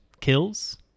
Kills